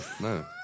no